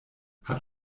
hat